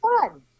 fun